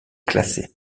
classée